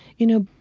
you know,